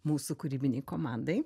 mūsų kūrybinei komandai